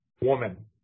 woman